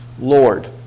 Lord